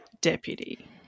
deputy